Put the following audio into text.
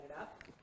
up